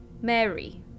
Mary